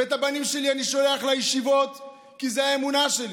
ואת הבנים שלי אני שולח לישיבות כי זו האמונה שלי.